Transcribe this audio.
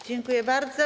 Dziękuję bardzo.